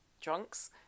drunks